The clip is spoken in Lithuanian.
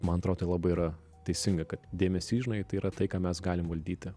man atrodo tai labai yra teisinga kad dėmesys žinai tai yra tai ką mes galim valdyti